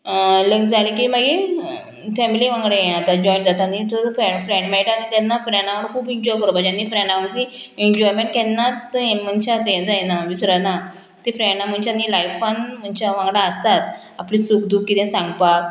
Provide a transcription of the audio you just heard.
लग्न जालें की मागीर फॅमिली वांगडा हें जाता जॉयन जाता आनी जर फ्रेंड मेळटा आनी तेन्ना फ्रेंडा वांगडा खूब इन्जॉय करपाचें आनी फ्रेंडांची एन्जॉयमेंट केन्नाच हें मनशाक हें जायना विसरना तीं फ्रेंडां मनशाक न्ही लायफान मनशां वांगडा आसतात आपलें सूक दूक कितें सांगपाक